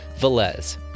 Velez